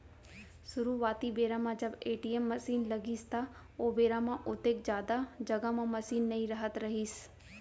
सुरूवाती बेरा म जब ए.टी.एम मसीन लगिस त ओ बेरा म ओतेक जादा जघा म मसीन नइ रहत रहिस